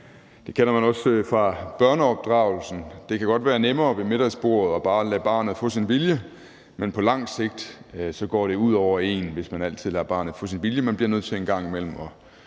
Det kender man også fra børneopdragelsen. Det kan godt være nemmere ved middagsbordet bare at lade barnet få sin vilje, men på lang sigt går det ud over en, hvis man altid lader barnet få sin vilje; man bliver en gang imellem